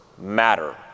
Matter